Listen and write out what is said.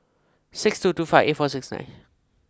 six two two five eight four six nine